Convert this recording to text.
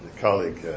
colleague